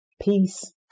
Peace